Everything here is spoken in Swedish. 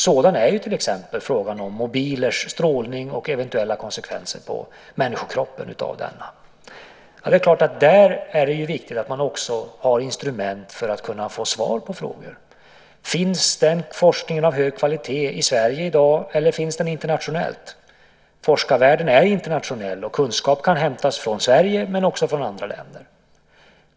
Sådan är ju till exempel frågan om mobilers strålning och eventuella konsekvenser på människokroppen av denna. Det är klart att det då är viktigt att man också har instrument för att kunna få svar på frågor. Finns den forskningen av hög kvalitet i Sverige i dag, eller finns den internationellt? Forskarvärlden är internationell, och kunskap kan hämtas från Sverige men också från andra länder.